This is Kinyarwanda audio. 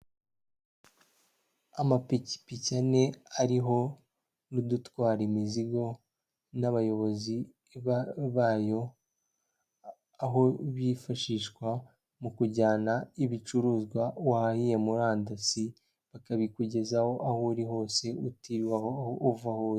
Amapikipiki ane ariho n'udutwara imizigo n'abayobozi bayo, aho bifashishwa mu kujyana ibicuruzwa wahahiye murandasi bakabikugezaho aho uri hose utiriwa uva aho uri.